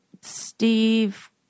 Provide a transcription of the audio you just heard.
Steve